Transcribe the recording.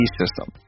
system